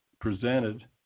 presented